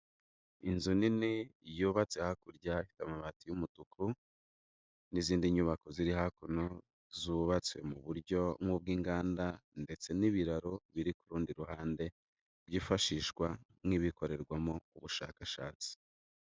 Inzu nini yubatse hakurya, ifite amabati y'umutuku, n'izindi nyubako ziri hakuno, zubatswe mu buryo bw'inganda, ndetse n'ibiraro biri ku rundi ruhande, byifashishwa nk'ibikorerwamo ubushakashatsi.